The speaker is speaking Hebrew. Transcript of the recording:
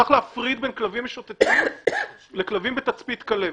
צריך להפריד בין כלבים משוטטים לכלבים בתצפית כלבת.